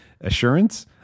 assurance